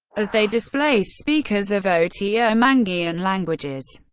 as they displaced speakers of oto-manguean languages.